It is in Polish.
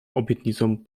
obietnicą